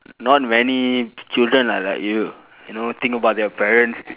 not many children are like you you know think about their parents